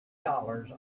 dollars